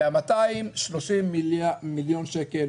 וה-230 מיליון שקל